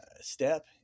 step